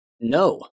No